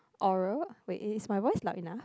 oral wait is it my voice loud enough